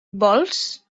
vols